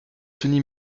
sony